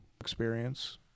experience